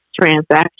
transaction